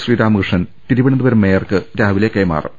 Sreeramakrishnan Thiruvananthapuram മേയർക്ക് രാവിലെ കൈമാറും